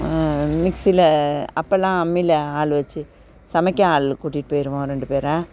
மிக்சியில அப்பெல்லாம் அம்மியில ஆள் வச்சி சமைக்க ஆள் கூட்டிட்டு போயிடுவோம் ரெண்டு பேரை